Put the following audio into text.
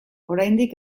oraindik